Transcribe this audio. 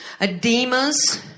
edemas